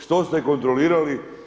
Što ste kontrolirali?